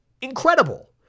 Incredible